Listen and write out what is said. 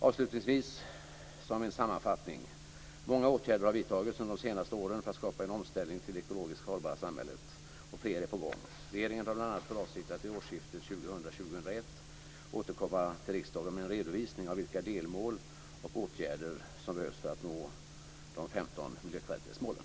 Avslutningsvis vill jag göra en sammanfattning: Många åtgärder har vidtagits under de senaste åren för att skapa en omställning till det ekologiskt hållbara samhället, och fler är på gång. Regeringen har bl.a. för avsikt att vid årsskiftet 2000/01 återkomma till riksdagen med en redovisning av vilka delmål och åtgärder som behövs för att nå de 15 miljökvalitetsmålen.